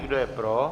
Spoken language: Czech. Kdo je pro?